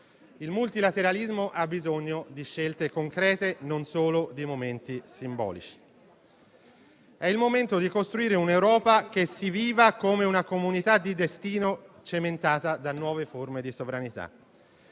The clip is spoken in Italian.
Il multilateralismo ha bisogno di scelte concrete, non solo di momenti simbolici. È il momento di costruire un'Europa che si viva come una comunità di destino, cementata da nuove forme di sovranità.